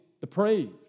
depraved